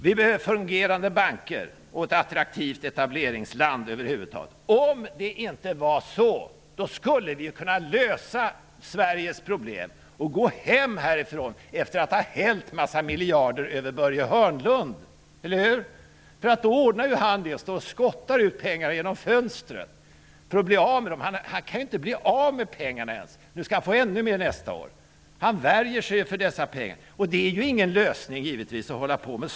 Vi behöver också fungerande banker, och vi behöver vara ett attraktivt etableringsland över huvud taget. Om det inte vore på det här sättet så skulle vi ju kunna lösa Sveriges problem och gå hem härifrån efter att ha hällt en massa miljarder över Börje Hörnlund, eller hur? Då skulle han ordna det genom att skotta ut pengar genom fönstet för att bli av med dem. Han kan ju inte ens bli av med pengarna, men nästa år skall han få ännu mer. Han värjer sig mot dessa pengar. Att hålla på med sådant är givetvis ingen lösning.